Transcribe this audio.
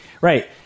Right